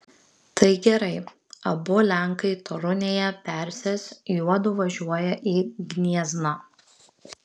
tai gerai abu lenkai torunėje persės juodu važiuoja į gniezną